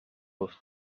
move